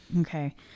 Okay